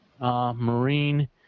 Marine